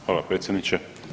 Hvala predsjedniče.